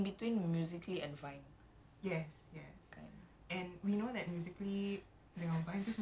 ya ya because macam at the start that was what it looked like kan it was macam in between musically and vine